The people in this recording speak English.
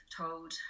told